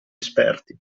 esperti